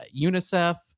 UNICEF